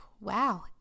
wow